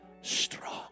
strong